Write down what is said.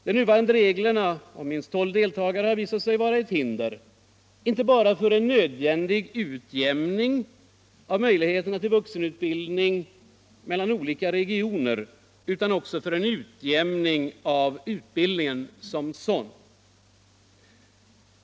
De nuvarande reglerna om minst tolv deltagare har visat sig vara ett hinder, inte bara för en nödvändig utjämning av möjligheterna till vuxenutbildning mellan olika regioner utan också för en utjämning av utbildningen som sådan.